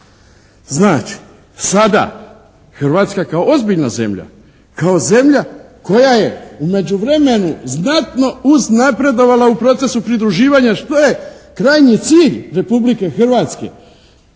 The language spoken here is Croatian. Znači, sada Hrvatska kao ozbiljna zemlja, kao zemlja koja je u međuvremenu znatno uznapredovala u procesu pridruživanja što je krajnji cilj Republike Hrvatske